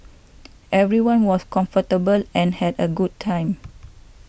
everyone was comfortable and had a good time